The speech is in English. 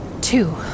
Two